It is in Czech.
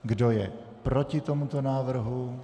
Kdo je proti tomuto návrhu?